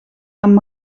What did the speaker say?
amb